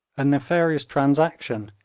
a nefarious transaction,